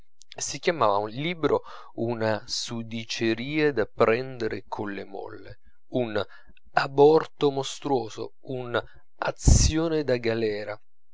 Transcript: si chiamava il libro una sudicieria da prendere colle molle un aborto mostruoso un azione da galera